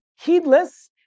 heedless